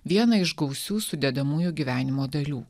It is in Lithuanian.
vieną iš gausių sudedamųjų gyvenimo dalių